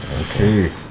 Okay